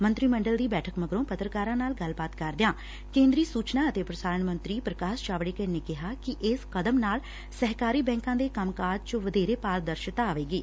ਮੰਤਰੀ ਮੰਡਲ ਦੀ ਬੈਠਕ ਮਗਰੋ ਪੱਤਰਕਾਰਾਂ ਨਾਲ ਗੱਲਬਾਤ ਕਰਦਿਆਂ ਕੇਦਰੀ ਸੂਚਨਾ ਅਤੇ ਪ੍ਰਸਾਰਣ ਮੰਤਰੀ ਪ੍ਰਕਾਸ਼ ਜਾਵਤੇਕਰ ਨੇ ਕਿਹਾ ਕਿ ਇਸ ਕਦਮ ਨਾਲ ਸਹਿਕਾਰੀ ਬੈਂਕਾਂ ਦੇ ਕੰਮ ਕਾਜ ਚ ਵਧੇਰੇ ਪਾਰਦਰਸ਼ਤਾ ਆਵੇਗੀ